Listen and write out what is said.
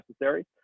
necessary